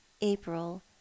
April